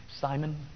Simon